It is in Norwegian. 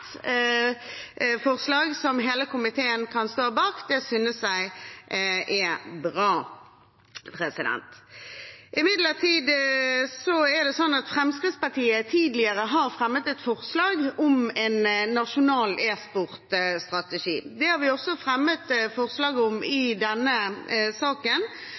forslag. Imidlertid er det slik at Fremskrittspartiet tidligere har fremmet et forslag om en nasjonal e-sportstrategi. Det har vi også fremmet forslag om i denne saken,